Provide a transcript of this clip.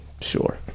Sure